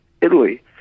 Italy